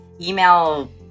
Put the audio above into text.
email